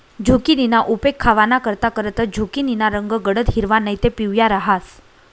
झुकिनीना उपेग खावानाकरता करतंस, झुकिनीना रंग गडद हिरवा नैते पिवया रहास